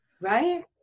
right